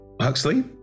Huxley